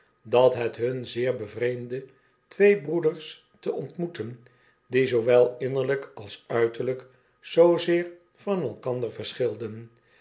dat het hun zeerbevreemdde twee broeders te ontmoeten die zoowel innerlyk als uiterlijk zoozeer van elkander verschilden